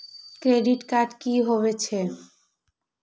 Credit card की होय छै?